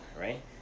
right